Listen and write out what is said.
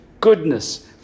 goodness